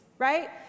right